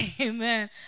Amen